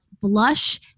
blush